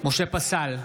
משה פסל,